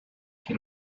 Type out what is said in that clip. que